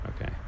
Okay